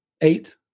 eight